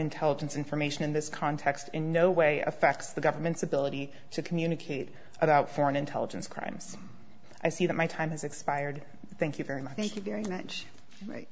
intelligence information in this context in no way affects the government's ability to communicate about foreign intelligence crimes i see that my time has expired thank you very much thank you very much